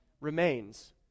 remains